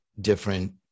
different